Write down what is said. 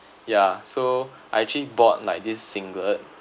yeah so I actually bought like this singlet